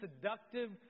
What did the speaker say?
seductive